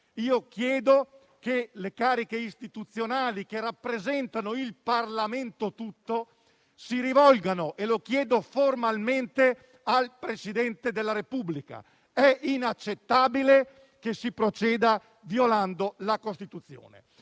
chiedo che le cariche istituzionali che rappresentano il Parlamento tutto si rivolgano - e lo chiedo formalmente - al Presidente della Repubblica. È inaccettabile che si proceda violando la Costituzione.